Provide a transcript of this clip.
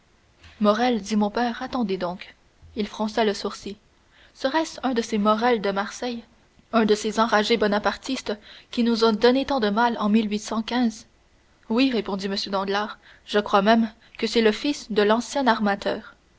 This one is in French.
morrel dit mon père attendez donc il fronça le sourcil serait-ce un de ces morrel de marseille un de ces enragés bonapartistes qui nous ont donné tant de mal en oui répondit m danglars je crois même que c'est le fils de l'ancien armateur